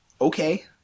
Okay